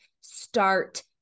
start